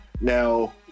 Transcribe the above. Now